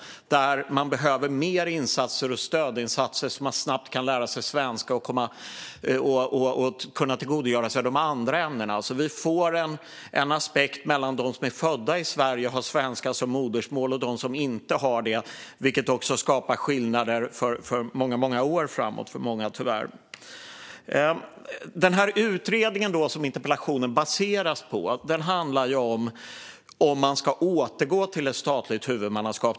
De behöver mer insatser och stödinsatser så att de snabbt kan lära sig svenska och tillgodogöra sig de andra ämnena. Vi får en skillnad mellan dem som är födda i Sverige och har svenska som modersmål och dem som inte har svenska som modersmål, vilket tyvärr också skapar skillnader för många i många år framåt. Den utredning som interpellationen baseras på handlar om huruvida man ska återgå till ett statligt huvudmannaskap.